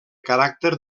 caràcter